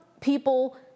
people